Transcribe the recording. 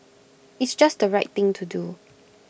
it's just the right thing to do